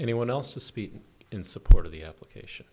anyone else to speak in support of the application